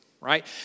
Right